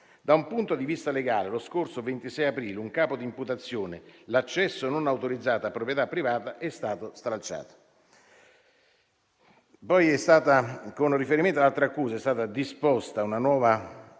Da un punto di vista legale, lo scorso 26 aprile un capo di imputazione - l'accesso non autorizzato a proprietà privata - è stato stralciato.